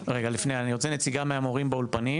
אני יו"ר נציגות המורים,